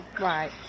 right